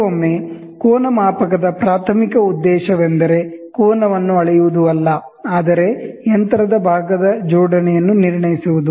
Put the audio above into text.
ಕೆಲವೊಮ್ಮೆ ಆಂಗಲ್ ಮಾಪನದ ಪ್ರಾಥಮಿಕ ಉದ್ದೇಶವೆಂದರೆ ಆಂಗಲ್ವನ್ನು ಅಳೆಯುವುದು ಅಲ್ಲ ಆದರೆ ಯಂತ್ರದ ಭಾಗದ ಜೋಡಣೆಯನ್ನು ನಿರ್ಣಯಿಸುವುದು